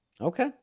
Okay